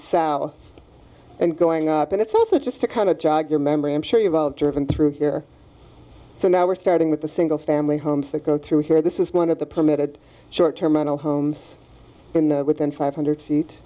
south and going up and it's also just to kind of jog your memory i'm sure you've all driven through here so now we're starting with the single family homes that go through here this is one of the permitted short terminal homes in the within five hundred feet